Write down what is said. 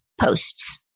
posts